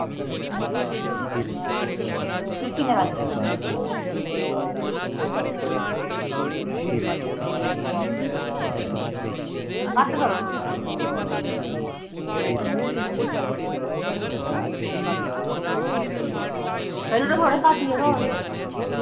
फिर किन्नें पैसे घट्ट करो थोह्ड़े करी ओड़ो थोह्ड़े घट्ट जरो